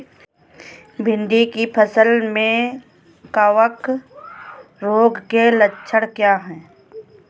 भिंडी की फसल में कवक रोग के लक्षण क्या है?